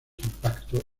impacto